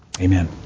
Amen